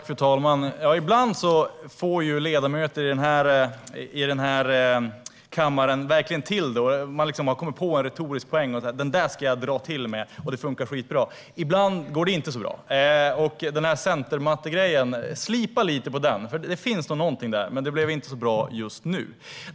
Fru talman! Ibland får ledamöter i den här kammaren verkligen till det. Man kommer på en retorisk poäng och tänker: Den där ska jag dra till med, och det funkar skitbra! Ibland går det dock inte så bra. Den här centermattegrejen får du nog slipa lite på. Det finns nog någonting där, men det blev inte så bra just nu.